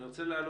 אני רוצה להעלות